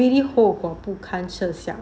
really 后果不堪设想